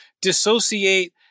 dissociate